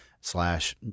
slash